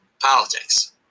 politics